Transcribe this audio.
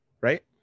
Right